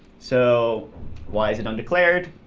so why is it undeclared?